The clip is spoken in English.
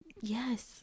Yes